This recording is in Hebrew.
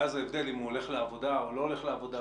אז ההבדל אם הוא הולך לעבודה או לא הולך לעבודה,